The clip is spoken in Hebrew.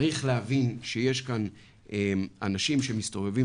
צריך להבין שיש בינינו אנשים שמסתובבים,